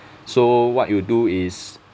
so what you do is